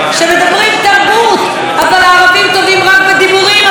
אבל הערבים טובים רק בדיבורים ולא בכסף ולא בתקציב,